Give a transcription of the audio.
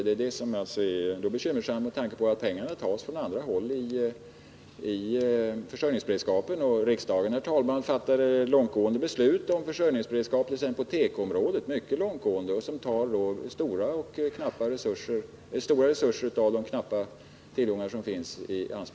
Det är bekymmersamt med tanke på att pengarna måste tas från andra håll i försörjningsberedskapen. Riksdagen fattade, herr talman, mycket långtgående beslut om försörjningsberedskap, t.ex. på tekoområdet, som tar stora resurser i anspråk av de knappa tillgångar som finns.